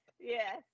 yes